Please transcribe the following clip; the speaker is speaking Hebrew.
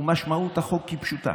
ומשמעות החוק פשוטה: